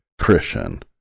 Christian